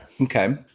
Okay